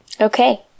Okay